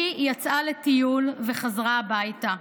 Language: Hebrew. היא יצאה לטיול ובחזרה הביתה,